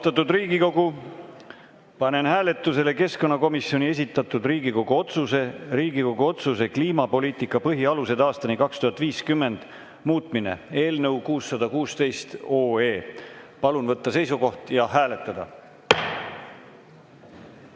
Austatud Riigikogu, panen hääletusele keskkonnakomisjoni esitatud Riigikogu otsuse "Riigikogu otsuse "Kliimapoliitika põhialused aastani 2050" muutmine" eelnõu 616. Palun võtta seisukoht ja hääletada!